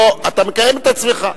אתה מקיים את עצמך,